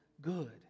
good